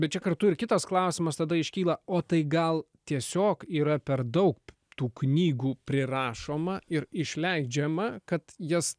bet čia kartu ir kitas klausimas tada iškyla o tai gal tiesiog yra per daug tų knygų prirašoma ir išleidžiama kad jas